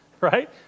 right